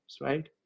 right